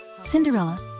Cinderella